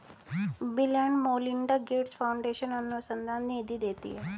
bill and Melinda Gates Foundation अनुसंधान निधि देती है